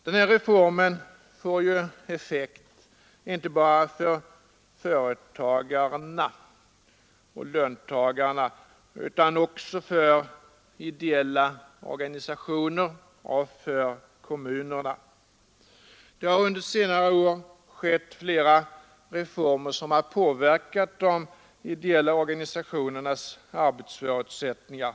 Den här reformen får effekt inte bara för företagarna och löntagarna utan också för ideella organisationer och för kommunerna. Under senare år har det genomförts flera reformer som har påverkat de ideella organisationernas arbetsförutsättningar.